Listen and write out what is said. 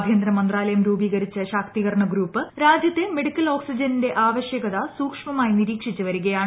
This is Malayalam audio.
ആഭ്യന്തരമന്ത്രാലയം രൂപീകരിച്ച ശാക്തീകരണ ഗ്രൂപ്പ് രാജ്യത്തെ മെഡിക്കൽ ഓക്സിജന്റെ ആവശ്യകത സൂക്ഷ്മമായി നിരീക്ഷിച്ചു വരികയാണ്